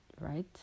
right